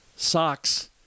socks